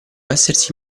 essersi